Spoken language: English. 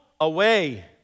away